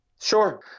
Sure